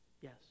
Yes